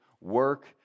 work